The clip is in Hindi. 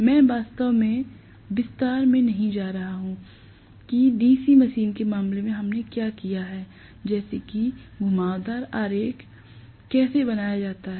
मैं वास्तव में विस्तार में नहीं जा रहा हूं कि DC मशीन के मामले में हमने क्या किया है जैसे कि घुमावदार आरेख कैसे बनाया जाता है